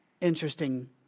interesting